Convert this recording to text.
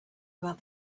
about